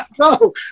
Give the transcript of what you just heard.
no